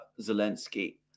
Zelensky